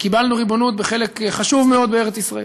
וקיבלנו ריבונות בחלק חשוב מאוד בארץ-ישראל.